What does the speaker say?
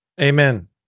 Amen